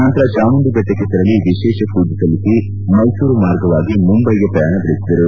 ನಂತರ ಚಾಮುಂಡಿಬೆಟ್ಟಕ್ಕೆ ತೆರಳಿ ವಿಶೇಷ ಪೂಜೆ ಸಲ್ಲಿಸಿ ಮೈಸೂರು ಮಾರ್ಗವಾಗಿ ಮುಂಬೈಗೆ ಪ್ರಯಾಣ ಬೆಳೆಸಿದರು